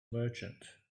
merchant